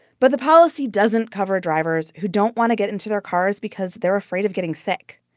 but the policy doesn't cover drivers who don't want to get into their cars because they're afraid of getting sick.